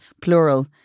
plural